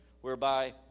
whereby